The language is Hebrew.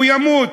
הוא ימות.